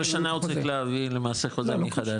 כל שנה בעצם הוא צריך להעביר את החוזה מחדש.